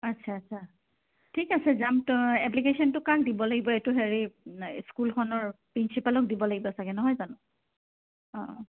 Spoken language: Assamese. আচ্ছা আচ্ছা ঠিক আছে যাম এপ্লিকেশ্যনটো কাক দিব লাগিব এইটো হেৰি স্কুলখনৰ প্ৰিঞ্চিপালক দিব লাগিব চাগে নহয় জানো অঁ অঁ